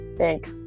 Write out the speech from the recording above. thanks